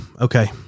okay